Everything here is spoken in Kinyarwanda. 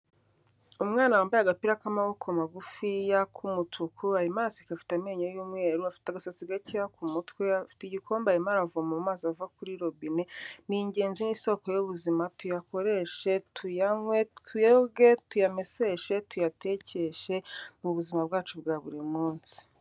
Umwana wambaye agapira k'amaboko magufiya k'umutuku arimo araseka afite amenyo y'umweru, afite agasatsi gakeya ku mutwe, afite igikombe arimo aravoma amazi ava kuri robine, ni ingenzi ni isoko y'ubuzima, tuyakoreshe tuyanywe, twibwe tuyameseshe, tuyatekeshe mu buzima bwacu bwa buri munsi.